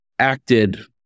acted